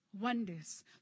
Wonders